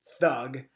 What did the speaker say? thug